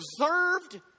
observed